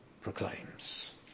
proclaims